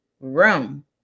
room